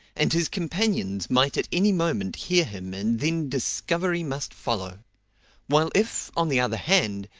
and his companions might at any moment hear him and then discovery must follow while if, on the other hand,